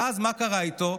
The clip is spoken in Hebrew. ואז מה קרה איתו?